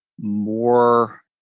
more